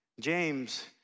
James